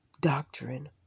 doctrine